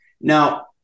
Now